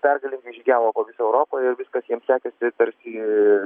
pergalingai žygiavo europoje viskas jiems sekėsi tarsi